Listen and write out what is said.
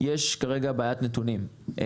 יש כרגע בעיית נתונים.